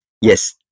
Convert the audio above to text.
Yes